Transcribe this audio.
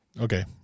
okay